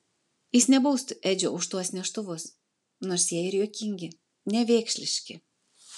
jis nebaustų edžio už tuos neštuvus nors jie ir juokingi nevėkšliški